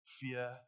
fear